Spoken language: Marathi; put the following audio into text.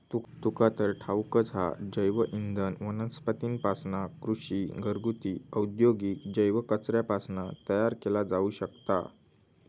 तुका तर ठाऊकच हा, जैवइंधन वनस्पतींपासना, कृषी, घरगुती, औद्योगिक जैव कचऱ्यापासना तयार केला जाऊ शकता